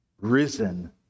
risen